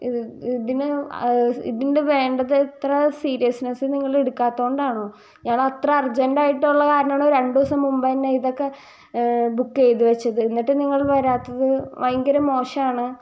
ഇത് ഇതിൻറ്റെ വേണ്ടത് അത്ര സീരിയസ്നെസ്സ് നിങ്ങള് എടുക്കാത്തത് കൊണ്ടാണോ ഞങ്ങളത്ര അർജൻറ്റായിട്ടുള്ള കാരണമാണ് രണ്ട് ദിവസം മുൻപേ തന്നെ ഇതൊക്കെ ബുക്കെയ്ത് വെച്ചത് എന്നിട്ടും നിങ്ങൾ വരാത്തത് ഭയങ്കര മോശമാണ്